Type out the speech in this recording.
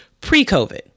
pre-COVID